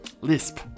lisp